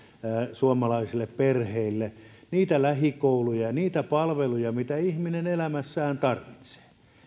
suomalaisille perheille niitä lähikouluja ja ja niitä palveluja mitä ihminen elämässään tarvitsee